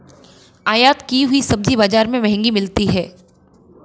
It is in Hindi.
आयत की हुई सब्जी बाजार में महंगी मिलती है